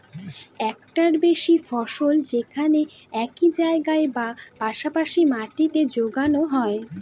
একটার বেশি ফসল যেখানে একই জায়গায় বা পাশা পাশি মাটিতে যোগানো হয়